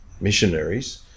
Missionaries